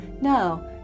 Now